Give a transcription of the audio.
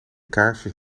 kaarsjes